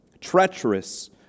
treacherous